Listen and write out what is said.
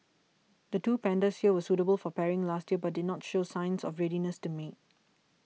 the two pandas here were suitable for pairing last year but did not show signs of readiness to mate